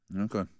Okay